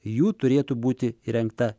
jų turėtų būti įrengta